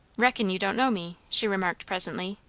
reckon you don't know me, she remarked presently.